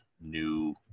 new